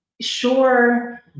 sure